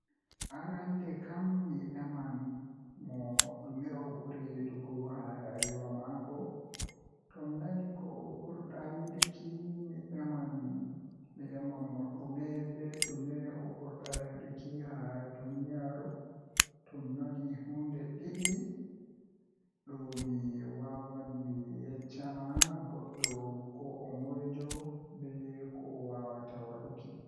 Arandeere kam mi eman mo dume o buri yidugo haa rayuwa maako tomi nani ko o buradaa yiduki mi eman mo dume be dume o burdaa yiduki haa duniyaaru tomi nani hunde didi do mi wawan mi yecca ma goddo ko o moijo be ko o wawata waduki.